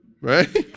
right